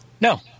no